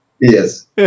Yes